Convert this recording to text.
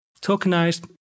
tokenized